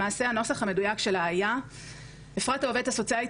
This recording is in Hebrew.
למעשה הנוסח המדויק שלה היה "..אפרת העובדת הסוציאלית